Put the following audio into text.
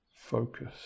focus